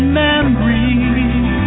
memories